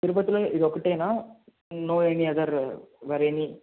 తిరుపతిలో ఇది ఒక్కటేనా నో ఎనీ అదర్ మరేమి